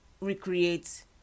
recreate